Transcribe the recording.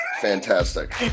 fantastic